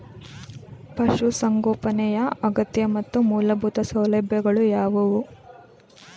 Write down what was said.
ಪಶುಸಂಗೋಪನೆಯ ಅಗತ್ಯ ಮತ್ತು ಮೂಲಭೂತ ಸೌಲಭ್ಯಗಳು ಯಾವುವು?